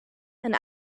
and